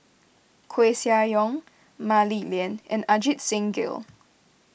Koeh Sia Yong Mah Li Lian and Ajit Singh Gill